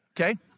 okay